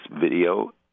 video